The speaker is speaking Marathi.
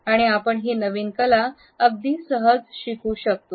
आणि आपण ही नवीन कला अगदी सहज शिकू शकतो